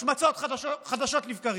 השמצות חדשות לבקרים.